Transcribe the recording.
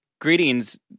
Greetings